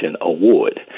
Award